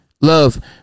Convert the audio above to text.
Love